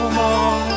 more